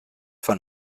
von